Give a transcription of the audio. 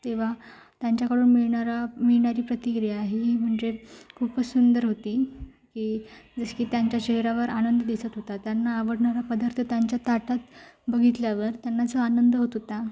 तेव्हा त्यांच्याकडून मिळणारा मिळणारी प्रतिक्रिया ही म्हणजे खूपच सुंदर होती की जसं की त्यांच्या चेहऱ्यावर आनंद दिसत होता त्यांना आवडणारा पदार्थ त्यांच्या ताटात बघितल्यावर त्यांना जो आनंद होत होता